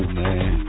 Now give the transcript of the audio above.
man